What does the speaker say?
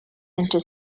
into